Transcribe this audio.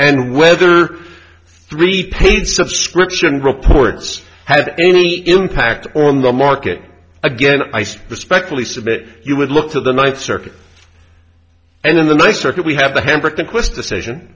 and whether three paid subscription reports had any impact on the market again i say respectfully submit you would look to the ninth circuit and in the next circuit we have the hambrecht and quist decision